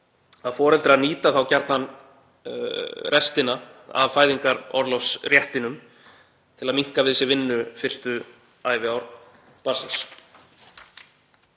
að foreldrar nýta þá gjarnan restina af fæðingarorlofsréttinum til að minnka við sig vinnu fyrstu æviár barnsins.